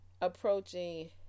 approaching